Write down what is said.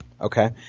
Okay